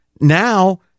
now